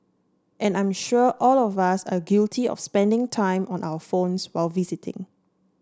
and I'm sure all of us are guilty of spending time on our phones while visiting